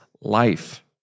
life